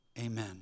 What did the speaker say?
amen